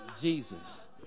Jesus